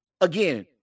again